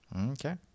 Okay